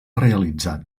realitzat